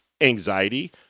anxiety